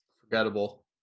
Forgettable